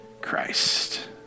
Christ